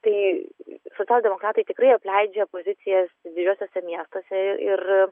tai socialdemokratai tikrai apleidžia pozicijas didžiuosiuose miestuose ir